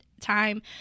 time